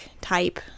type